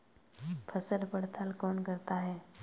फसल पड़ताल कौन करता है?